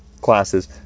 classes